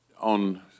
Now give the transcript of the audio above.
on